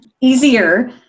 easier